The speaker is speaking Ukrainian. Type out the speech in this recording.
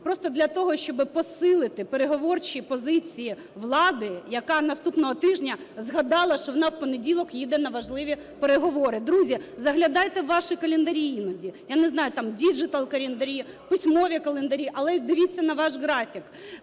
просто для того, щоби посилити переговорчі позиції влади, яка наступного тижня згадала, що вона в понеділок їде на важливі переговори. Друзі, заглядайте у ваші календарі іноді. Я не знаю, там діджитал-календарі, письмові календарі, але і дивіться на ваш графік.